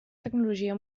tecnologia